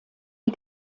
die